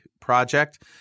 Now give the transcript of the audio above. project